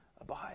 abide